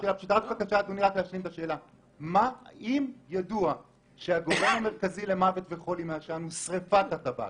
פשוטה: אם ידוע שהגורם המרכזי למוות וחולי מעשן הוא שריפת הטבק